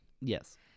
Yes